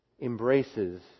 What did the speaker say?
embraces